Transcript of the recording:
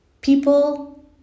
People